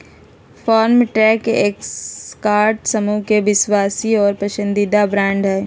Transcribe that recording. Farmtrac Escorts समूह के विश्वासी और पसंदीदा ब्रांड हइ